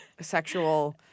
sexual